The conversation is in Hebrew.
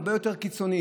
הרבה יותר קיצוניים.